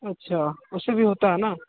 अच्छा उससे भी होता है ना